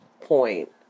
point